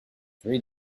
three